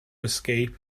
escape